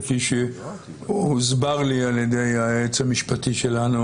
כפי שהוסבר לי על ידי היועץ המשפטי שלנו,